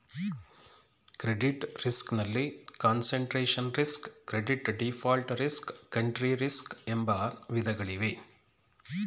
credit risk ನಲ್ಲಿ concentration risk, credit default risk, country risk ಎಂಬ ವಿಧಗಳಿವೆ